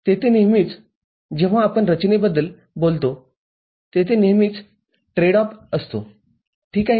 तर तेथे नेहमीचजेव्हा आपण रचनेबद्दल बोलतोतेथे नेहमीच ट्रेड ऑफ असतो ठीक आहे